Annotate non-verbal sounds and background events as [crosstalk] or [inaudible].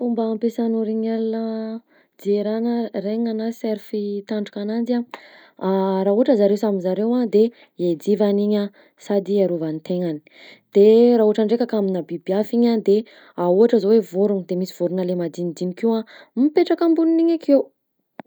Fomba ampiasan'ny orignal, diera na renne na serfa i tandroka ananjy a: [hesitation] raha ohatra zareo samy zareo a de iadivany igny a sady iarovan'ny tegnany, de raha ohatra ndraika ka aminà biby hafa igny a de [hesitation] ohatra zao hoe vorogna de misy vorogna le madinidinika io a mipetraka ambonin'igny akeo.